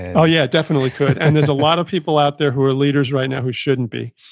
oh, yeah. it definitely could and there's a lot of people out there who are leaders right now who shouldn't be.